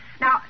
Now